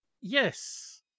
Yes